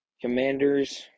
Commanders